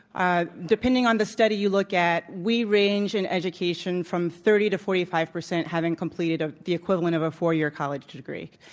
ah depending on the study you look at, we range in education from thirty to forty five percent having completed ah the equivalent of a four-year college degree.